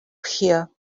here